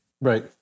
Right